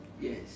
Yes